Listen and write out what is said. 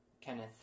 Kenneth